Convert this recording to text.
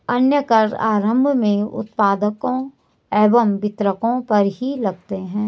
अन्य कर आरम्भ में उत्पादकों एवं वितरकों पर ही लगते हैं